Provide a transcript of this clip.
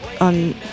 on